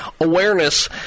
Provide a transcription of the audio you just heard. awareness